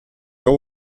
veu